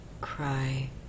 cry